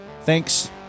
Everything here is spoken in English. Thanks